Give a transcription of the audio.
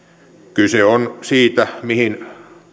kyse on siitä mihin